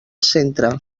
centre